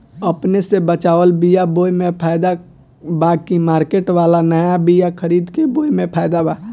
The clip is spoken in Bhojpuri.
अपने से बचवाल बीया बोये मे फायदा बा की मार्केट वाला नया बीया खरीद के बोये मे फायदा बा?